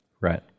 Right